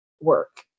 work